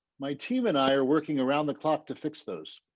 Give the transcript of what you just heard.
my team and i are working around the clock to fix those.